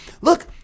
Look